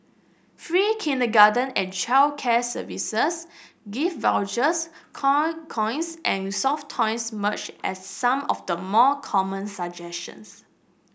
free kindergarten and childcare services gift vouchers coin coins and soft toys emerged as some of the more common suggestions